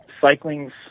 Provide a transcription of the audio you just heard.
cycling's